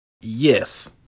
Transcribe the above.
Yes